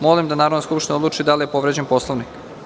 Molim da Narodna skupština odluči da li je povređen Poslovnik.